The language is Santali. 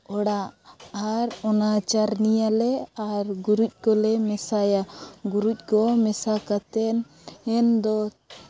ᱚᱲᱟᱜ ᱟᱨ ᱚᱱᱟ ᱪᱟᱹᱨᱱᱤᱭᱟᱞᱮ ᱟᱨ ᱜᱩᱨᱤᱡ ᱠᱚᱞᱮ ᱢᱮᱥᱟᱭᱟ ᱜᱩᱨᱤᱡ ᱠᱚ ᱢᱮᱥᱟ ᱠᱟᱛᱮᱫ ᱮᱱ ᱫᱚ